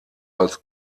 als